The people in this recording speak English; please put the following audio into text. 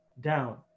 down